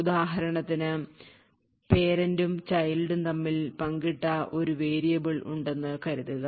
ഉദാഹരണത്തിന് parent ഉം child ഉം തമ്മിൽ പങ്കിട്ട ഒരു വേരിയബിൾ ഉണ്ടെന്നു കരുതുക